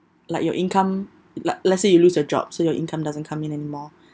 like your income like let's say you lose your job so your income doesn't come in anymore